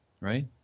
right